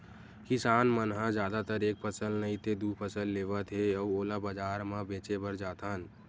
किसान मन ह जादातर एक फसल नइ ते दू फसल लेवत हे अउ ओला बजार म बेचे बर जाथन